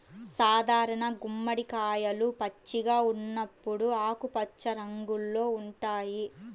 సాధారణ గుమ్మడికాయలు పచ్చిగా ఉన్నప్పుడు ఆకుపచ్చ రంగులో ఉంటాయి